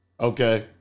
okay